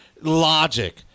logic